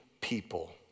people